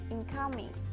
Incoming